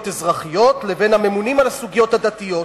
אזרחיות לבין הממונים על הסוגיות הדתיות.